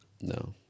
no